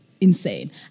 Insane